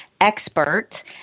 expert